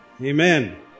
Amen